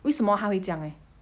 为什么他会这样 leh